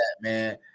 man